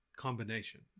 combination